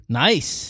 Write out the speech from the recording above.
nice